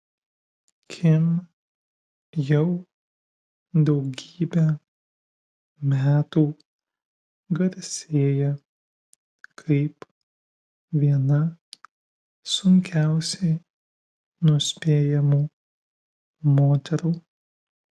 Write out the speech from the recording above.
kim jau daugybę metų garsėja kaip viena sunkiausiai nuspėjamų moterų